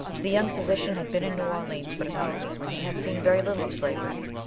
the young physician had been in new orleans but a few weeks, and had seen very little of slavery.